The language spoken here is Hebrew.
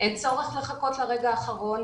אין צורך לחכות לרגע האחרון,